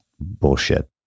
bullshit